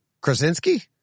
Krasinski